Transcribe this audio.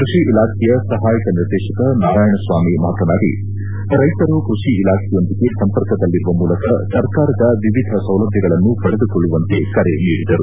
ಕೃಷಿ ಇಲಾಖೆಯ ಸಹಾಯಕ ನಿರ್ದೇಶಕ ನಾರಾಯಣಸ್ವಾಮಿ ಮಾತನಾಡಿ ರೈತರು ಕೃಷಿ ಇಲಾಖೆಯೊಂದಿಗೆ ಸಂಪರ್ಕದಲ್ಲಿರುವ ಮೂಲಕ ಸರ್ಕಾರದ ವಿವಿಧ ಸೌಲಭ್ವಗಳನ್ನು ಪಡೆದುಕೊಳ್ಳುವಂತೆ ಕರೆ ನೀಡಿದರು